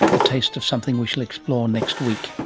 a taste of something we shall explore next week,